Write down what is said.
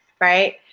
right